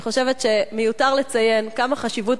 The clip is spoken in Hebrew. אני חושבת שמיותר לציין כמה חשיבות